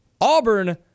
Auburn